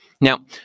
Now